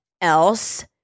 else